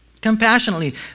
Compassionately